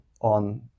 on